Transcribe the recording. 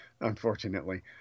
unfortunately